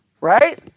right